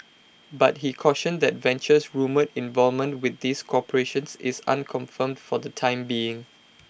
but he cautioned that Venture's rumoured involvement with these corporations is unconfirmed for the time being